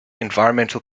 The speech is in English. environmental